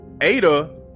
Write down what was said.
Ada